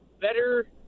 better